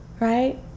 right